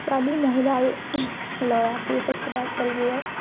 ছোৱালী মহিলা আৰু ল'ৰা পুৰুষে খেলা খেলবোৰৰ